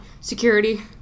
Security